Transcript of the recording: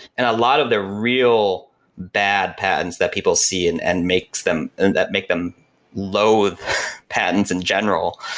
and a lot of the real bad patents that people see and and makes them and that make them loath patents in general,